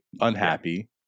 unhappy